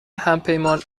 همپیمان